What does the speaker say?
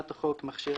אתם נוטים להחליט.